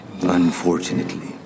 Unfortunately